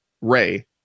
Ray